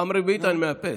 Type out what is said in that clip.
פעם רביעית שאני מאפס.